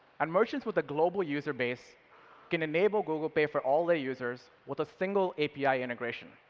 and merchants with a global user base can enable google pay for all their users with a single api integration.